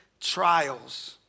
trials